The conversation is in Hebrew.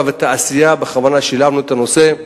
ותעשייה, בכוונה שילבנו את הנושאים.